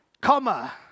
comma